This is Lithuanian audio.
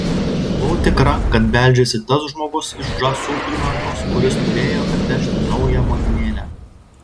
buvau tikra kad beldžiasi tas žmogus iš žąsų įlankos kuris turėjo atvežti naują motinėlę